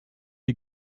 die